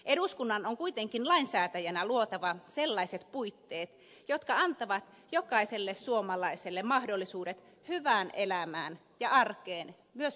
eduskunnan on kuitenkin lainsäätäjänä luotava sellaiset puitteet jotka antavat jokaiselle suomalaiselle mahdollisuudet hyvään elämään ja arkeen myös vanhuusiällä